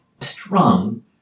strung